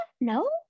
no